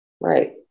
right